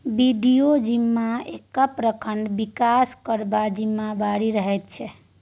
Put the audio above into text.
BDO जिम्मा एकटा प्रखंडक बिकास करबाक जिम्मेबारी रहैत छै